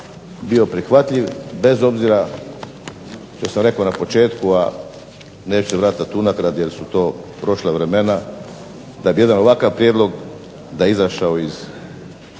bio prihvatljiv, bez obzira što sam rekao na početku, a neću se vraćat unatrag jer su to prošla vremena, da bi jedan ovakav prijedlog da je izašao i